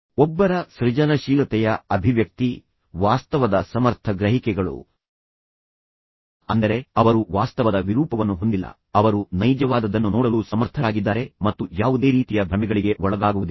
ಒಬ್ಬರ ಸೃಜನಶೀಲತೆಯ ಅಭಿವ್ಯಕ್ತಿ ವಾಸ್ತವದ ಸಮರ್ಥ ಗ್ರಹಿಕೆಗಳು ಅಂದರೆ ಅವರು ವಾಸ್ತವದ ವಿರೂಪವನ್ನು ಹೊಂದಿಲ್ಲ ಅವರು ನೈಜವಾದದ್ದನ್ನು ನೋಡಲು ಸಮರ್ಥರಾಗಿದ್ದಾರೆ ಮತ್ತು ಯಾವುದೇ ರೀತಿಯ ಭ್ರಮೆಗಳಿಗೆ ಒಳಗಾಗುವುದಿಲ್ಲ